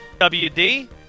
WD